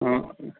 हा